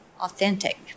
authentic